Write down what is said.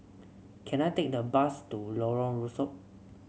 can I take the bus to Lorong Rusuk